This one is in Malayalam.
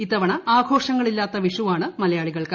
ഇത്തവണ്ട് ആഘോഷങ്ങളില്ലാത്ത വിഷുവാണ് മലയാളി കൾക്ക്